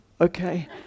Okay